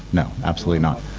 no, absolutely not.